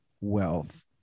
wealth